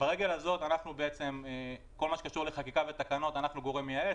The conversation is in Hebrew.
ברגל הזו בכל מה שקשור לחקיקה ותקנות אנחנו גורם מייעץ,